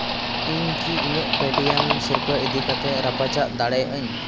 ᱤᱧ ᱠᱤ ᱤᱧᱟᱹᱜ ᱯᱮᱴᱤᱭᱮᱢ ᱥᱤᱨᱯᱟᱹ ᱤᱫᱤ ᱠᱟᱛᱮ ᱨᱟᱯᱟᱪᱟᱜ ᱫᱟᱲᱮᱭᱟᱜ ᱟᱹᱧ